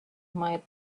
might